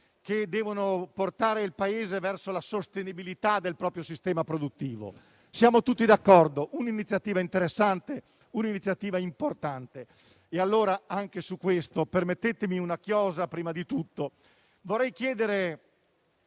che devono portare il Paese verso la sostenibilità del proprio sistema produttivo. Siamo tutti d'accordo che si tratti di un'iniziativa interessante ed importante. Anche su questo, permettetemi una chiosa. Prima di tutto, vorrei chiedere